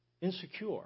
insecure